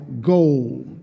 goal